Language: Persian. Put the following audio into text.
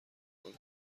کنن